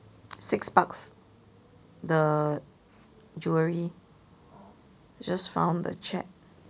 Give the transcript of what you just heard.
six bucks the jewellery just found the chat